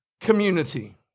community